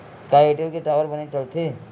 का एयरटेल के टावर बने चलथे?